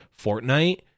Fortnite